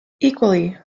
equally